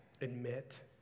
admit